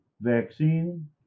vaccine